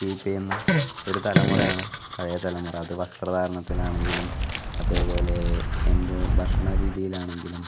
keep ചെയ്യുന്ന ഒരു തലമുറയാണ് പഴയ തലമുറ അത് വസ്ത്രധാരണത്തിലാണെങ്കിലും അതേപോലെ എന്ത് ഭക്ഷണ രീതിയിൽ ആണെങ്കിലും